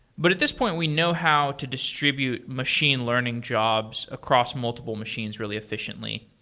but at this point, we know how to distribute machine learning jobs across multiple machines really efficiently.